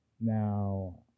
now